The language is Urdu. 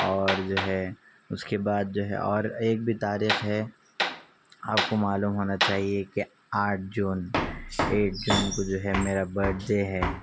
اور جو ہے اس کے بعد جو ہے اور ایک بھی تاریخ ہے آپ کو معلوم ہونا چاہیے کہ آٹھ جون ایٹ جون کو جو ہے میرا برتھ ڈے ہے